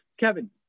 Kevin